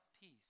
peace